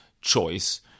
choice